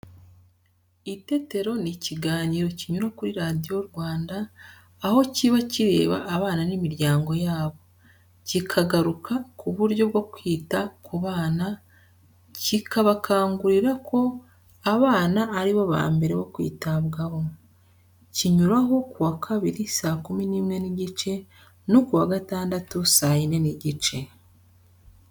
Itetero ni ikiganiro kinyura kuri Radiyo Rwanda, aho kiba kireba abana n'imiryango yabo, kikagaruka ku buryo bwo kwita ku bana, kikabakangurira ko abana ari bo ba mbere bo kwitabwaho. Kinyuraho ku wa Kabiri saa kumi n'imwe n'igice no ku wa Gatandatu saa yine n'igice.